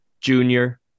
Junior